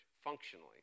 Functionally